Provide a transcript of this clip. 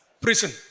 prison